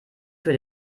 für